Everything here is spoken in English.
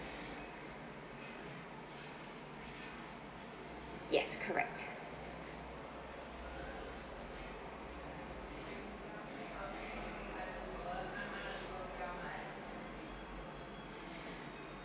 yes correct